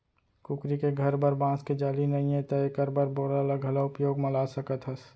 कुकरी के घर बर बांस के जाली नइये त एकर बर बोरा ल घलौ उपयोग म ला सकत हस